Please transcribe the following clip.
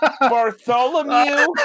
Bartholomew